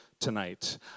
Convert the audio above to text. tonight